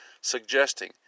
suggesting